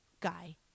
guy